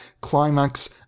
climax